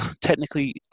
technically